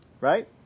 right